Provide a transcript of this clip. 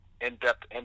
in-depth